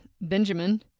Benjamin